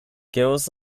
girls